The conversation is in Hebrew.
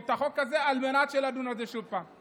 את החוק הזה על מנת שנדון בזה שוב פעם.